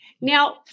Now